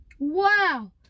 Wow